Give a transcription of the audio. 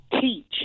Teach